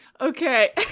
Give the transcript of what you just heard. Okay